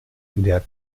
der